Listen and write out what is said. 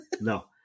No